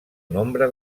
nombre